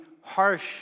harsh